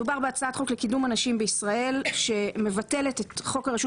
מדובר בהצעת חוק לקידום הנשים בישראל שמבטלת את חוק הרשות